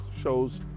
shows